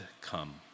come